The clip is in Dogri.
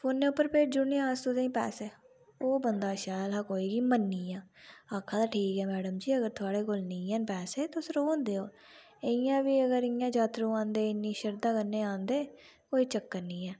फोनै पर भेज्जी ओड़ने आं अस तुसें गी पैसे ओह् बंदा शैल हा कोई कि मन्नी गेआ आखा दा ठीक ऐ मैडम जी अगर तुंदै कोल निं ऐ न ते तुस रौह्न देओ ते इ'यां बी जात्तरू आंदे इन्नी शरदा कन्नै आंदे कोई चक्कर निं ऐ